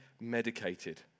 medicated